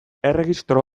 erregistro